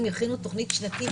לפנינו יום ארוך.